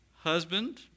Husband